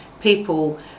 people